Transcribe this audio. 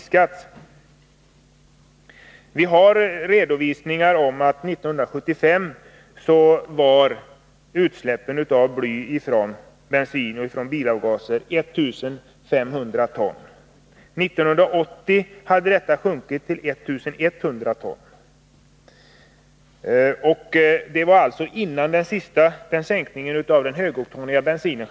Det har redovisats att utsläppen av bly från bilavgaser 1975 var 1 500 ton. 1980 hade dessa utsläpp sjunkit till 1 100 ton. Det var alltså före sänkningen av blyhalten i den högoktaniga bensinen.